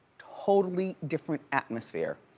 totally different atmosphere.